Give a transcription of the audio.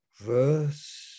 verse